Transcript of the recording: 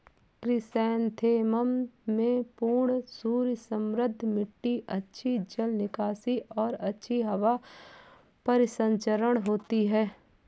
chrysanthemum में पूर्ण सूर्य समृद्ध मिट्टी अच्छी जल निकासी और अच्छी हवा परिसंचरण होती है